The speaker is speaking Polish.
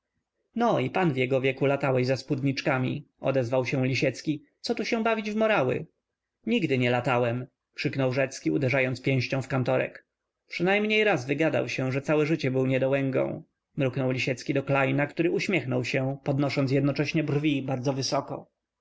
no i pan w jego wieku latałeś za spódniczkami odezwał się lisiecki co tu bawić się w morały nigdy nie latałem krzyknął rzecki uderzając pięścią w kantorek przynajmniej raz wygadał się że całe życie jest niedołęgą mruknął lisiecki do klejna który uśmiechał się podnosząc jednocześnie brwi bardzo wysoko